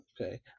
Okay